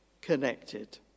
connected